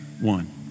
One